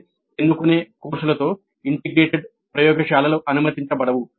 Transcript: అంటే ఎన్నుకునే కోర్సులతో ఇంటిగ్రేటెడ్ ప్రయోగశాలలు అనుమతించబడవు